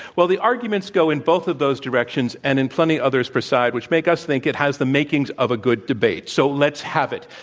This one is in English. well, the arguments go in both of those directions and in plenty others per side, which make us think it has the makings of a good debate. so, let's have it.